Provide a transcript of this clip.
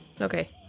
Okay